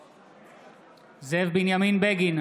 בעד זאב בנימין בגין,